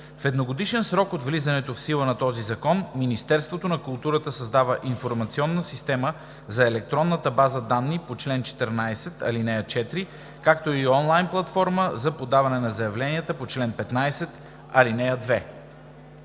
В едногодишен срок от влизането в сила на този закон Министерството на културата създава информационна система за електронната база данни по чл. 14, ал. 4, както и онлайн платформа за подаване на заявления по чл. 15, ал. 2.“